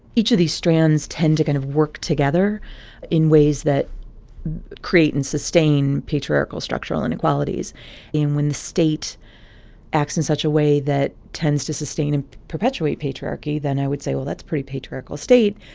each of these strands tend to kind of work together in ways that create and sustain patriarchal structural inequalities in when the state acts in such a way that tends to sustain and perpetuate patriarchy. then i would say, well, that's pretty patriarchal state.